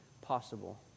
possible